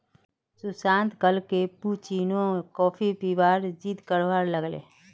सुशांत कल cappuccino coffee पीबार जिद्द करवा लाग ले